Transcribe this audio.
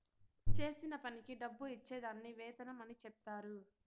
చేసిన పనికి డబ్బు ఇచ్చే దాన్ని వేతనం అని చెప్తారు